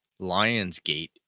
Lionsgate